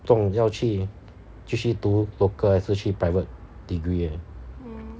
不懂要去继续读 local 还是去 private degree leh